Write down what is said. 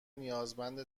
نیازمند